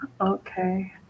okay